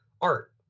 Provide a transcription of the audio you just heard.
art